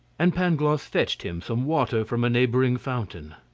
and pangloss fetched him some water from a neighbouring fountain.